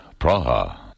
Praha